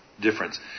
Difference